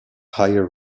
higher